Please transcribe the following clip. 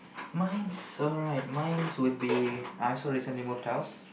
mine's alright mine would be I also recently moved house